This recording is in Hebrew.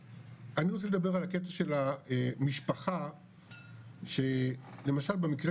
אני רוצה לדבר על הקטע של המשפחה שלמשל במקרה